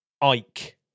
Ike